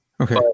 Okay